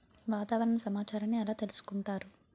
వాతావరణ సమాచారాన్ని ఎలా తెలుసుకుంటారు?